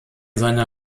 seine